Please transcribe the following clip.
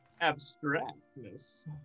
abstractness